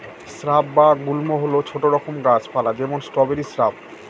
shrub বা গুল্ম হল ছোট রকম গাছ পালা যেমন স্ট্রবেরি শ্রাব